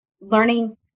learning